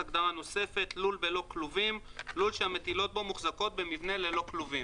"לול בלא כלובים" לול שהמטילות בו מוחזקות במבנה בלא כלובים,